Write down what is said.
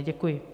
Děkuji.